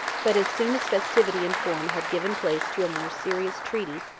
but as soon as festivity and form had given place to a more serious treaty,